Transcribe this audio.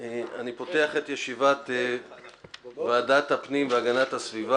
אני פותח את ישיבת ועדת הפנים והגנת הסביבה